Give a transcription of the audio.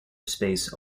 space